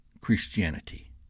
Christianity